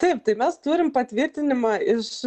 taip tai mes turim patvirtinimą iš